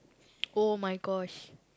!oh-my-gosh!